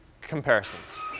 comparisons